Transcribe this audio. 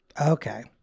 Okay